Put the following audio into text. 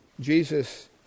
Jesus